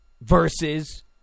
versus